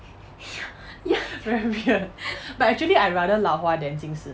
very weird but actually I rather 老花 then 近视